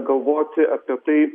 galvoti apie tai